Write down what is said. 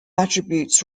attributes